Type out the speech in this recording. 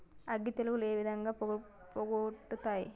అగ్గి తెగులు ఏ విధంగా పోగొట్టాలి?